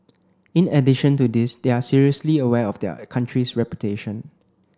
in addition to this they are seriously aware of their country's reputation